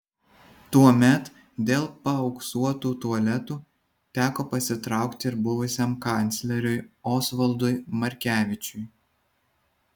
tuomet dėl paauksuotų tualetų teko pasitraukti ir buvusiam kancleriui osvaldui markevičiui